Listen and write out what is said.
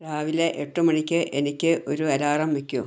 രാവിലെ എട്ട് മണിക്ക് എനിക്ക് ഒരു അലാറം വയ്ക്കൂ